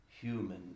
human